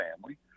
family